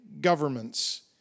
governments